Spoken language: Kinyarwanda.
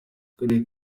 akarere